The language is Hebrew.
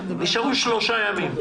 נשארו שלושה ימים.